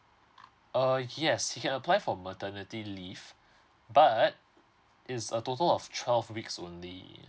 uh yes he can apply for maternity leave but it's a total of twelve weeks only